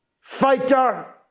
fighter